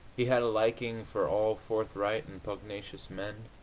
he had a liking for all forthright and pugnacious men,